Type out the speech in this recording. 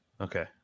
Okay